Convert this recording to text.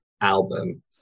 album